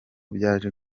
byaje